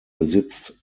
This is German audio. besitzt